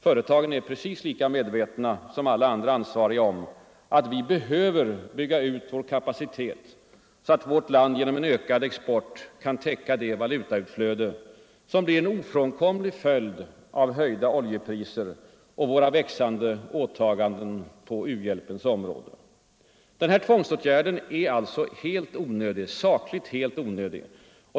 Företagen är lika medvetna som alla andra ansvariga om att vi behöver bygga ut vår kapacitet, så att vårt land genom en ökad export kan täcka det valutautflöde som blir en ofrånkomlig följd av höjda oljepriser och av våra växande åtaganden på u-hjälpens område. Regeringens tvångsåtgärd är alltså sakligt helt onödig.